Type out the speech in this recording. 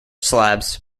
slabs